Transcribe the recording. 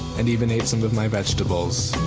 and even ate some of my vegetables.